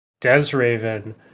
desraven